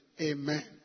amen